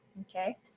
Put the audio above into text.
okay